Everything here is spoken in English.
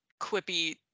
quippy